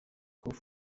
coup